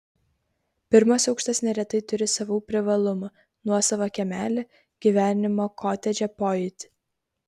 pirmas aukštas neretai turi savų privalumų nuosavą kiemelį gyvenimo kotedže pojūtį